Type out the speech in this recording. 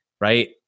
right